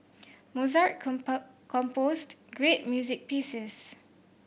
Mozart composed great music pieces